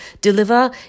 deliver